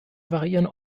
variieren